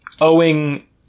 owing